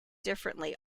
differently